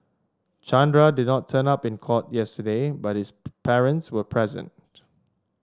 Chandra did not turn up in court yesterday but his parents were present